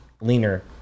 leaner